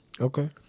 Okay